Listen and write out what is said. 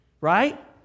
Right